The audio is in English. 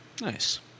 Nice